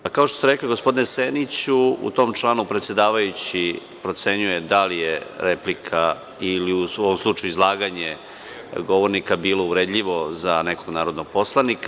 Pa kao što ste rekli gospodine Seniću, u tom članu predsedavajući procenjuje da li je replika, ili u ovom slučaju izlaganje govornika bilo uvredljivo za nekog narodnog poslanika.